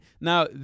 Now